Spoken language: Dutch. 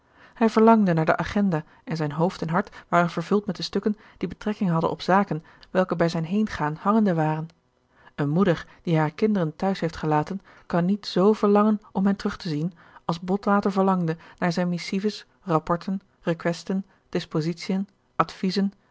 hij verlangde naar de agenda en zijn hoofd en hart waren vervuld met de stukken die betrekking hadden op zaken welke bij zijn heengeen hangende waren eene moeder die hare kinderen t'huis heeft gelaten kan niet z verlangen om hen terug te zien als botwater verlangde naar zijne missives rapporten requaesten dispositien adviezen